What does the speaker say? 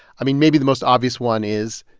i mean, maybe the most obvious one is.